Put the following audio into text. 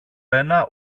ένα